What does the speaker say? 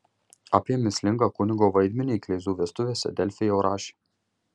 apie mįslingą kunigo vaidmenį kleizų vestuvėse delfi jau rašė